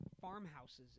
farmhouses